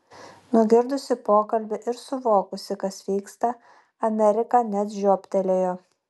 nugirdusi pokalbį ir suvokusi kas vyksta amerika net žiobtelėjo